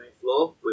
floor